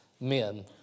men